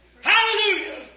Hallelujah